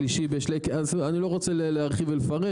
אני לא רוצה להרחיב ולפרט,